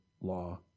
law